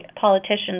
politicians